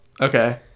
okay